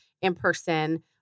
in-person